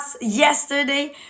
yesterday